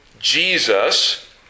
Jesus